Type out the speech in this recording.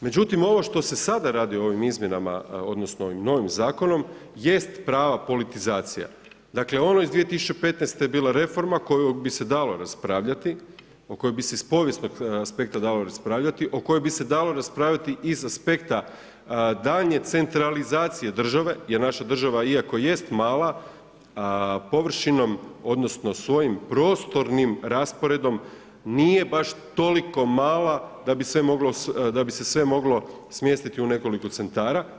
Međutim ovo što se sada radi ovim izmjenama, odnosno novim zakonom, jest prava politizacija, dakle, ono iz 2015. je bila reforma o kojoj bi se dalo raspravljati, o kojoj bi se iz povijesnog aspekta dalo raspravljati, o kojoj bi se dalo raspravljati i iz aspekta daljnje centralizacije države, jer naša država iako jest mala, površinom, odnosno svojim prostornim rasporedom nije baš toliko mala da bi se sve moglo smjestiti u nekoliko centara.